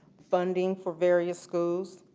funding for various schools,